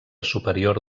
superior